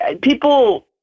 people